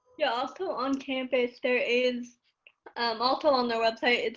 yeah, also on campus. there is um also on their website. it's